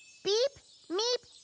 beep meep